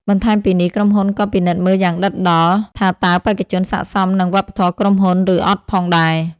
បន្ថែមពីនេះ ក្រុមហ៊ុនក៏ពិនិត្យមើលយ៉ាងដិតដល់ថាតើបេក្ខជនស័ក្តិសមនឹងវប្បធម៌ក្រុមហ៊ុន ឬអត់ផងដែរ។